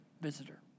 visitor